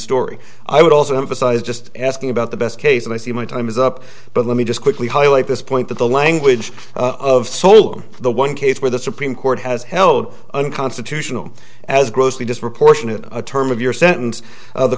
story i would also emphasize just asking about the best case and i see my time is up but let me just quickly highlight this point that the language of solo the one case where the supreme court has held unconstitutional as grossly disproportionate a term of your sentence